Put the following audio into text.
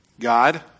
God